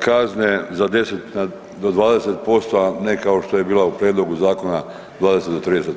kazne za 10 do 20%, a ne kao što je bila u prijedlogu zakona 20 do 30%